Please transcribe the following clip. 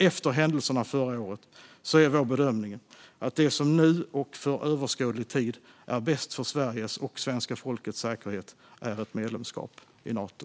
Efter händelserna förra året är vår bedömning att det som nu och för överskådlig tid är bäst för Sveriges och svenska folkets säkerhet är ett medlemskap i Nato.